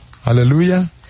Hallelujah